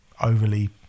overly